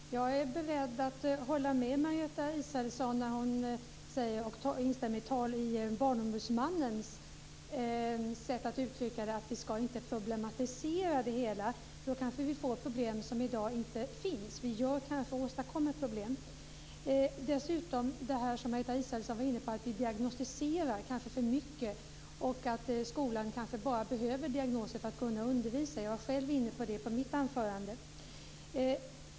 Fru talman! Jag är beredd att hålla med Margareta Israelsson när hon instämmer i Barnombudsmannens sätt att uttrycka det, nämligen att vi inte ska problematisera det hela. Då får vi kanske problem som inte finns i dag. Vi åstadkommer kanske problem. Margareta Israelsson var dessutom inne på att vi kanske diagnostiserar för mycket och att skolan kanske behöver diagnoser för att kunna undervisa. Jag var själv inne på det i mitt anförande.